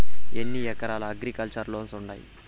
ఎన్ని రకాల agriculture loans ఉండాయి